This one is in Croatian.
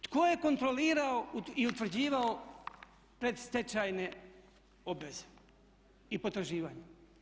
Tko je kontrolirao i utvrđivao predstečajne obveze i potraživanja?